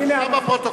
נרשם בפרוטוקול.